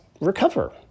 recover